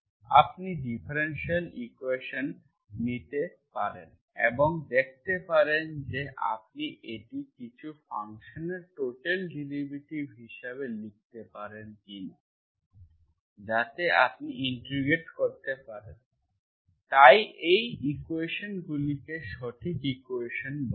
আপনি differential equation নিতে পারেন এবং দেখতে পারেন যে আপনি এটি কিছু ফাংশনের টোটাল ডেরিভেটিভ হিসাবে লিখতে পারেন কিনা যাতে আপনি ইন্টিগ্রেট করতে পারেন তাই এই ইকুয়েশনগুলিকে সঠিক ইকুয়েশন বলা হয়